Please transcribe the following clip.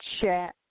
chat